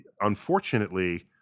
unfortunately